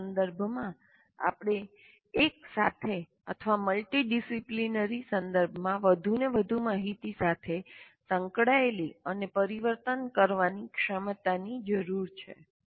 આજના સંદર્ભમાં આપણે એક સાથે અથવા મલ્ટિડિસિપ્લિનરી સંદર્ભમાં વધુને વધુ માહિતી સાથે સંકળાયેલી અને પરિવર્તન કરવાની ક્ષમતાની જરૂર છે